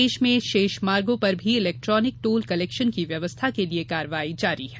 प्रदेश में शेष मार्गों पर भी इलेक्ट्रॉनिक टोल कलेक्शन की व्यवस्था के लिये कार्यवाही जारी है